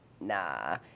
nah